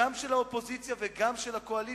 גם של האופוזיציה וגם של הקואליציה.